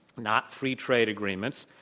not free trade agreements,